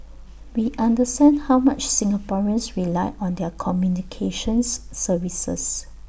we understand how much Singaporeans rely on their communications services